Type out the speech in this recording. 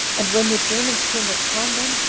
and when the germans came upon them,